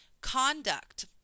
conduct